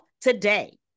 today